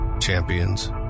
Champions